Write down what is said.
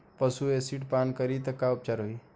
पशु एसिड पान करी त का उपचार होई?